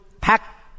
pack